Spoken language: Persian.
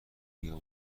بیام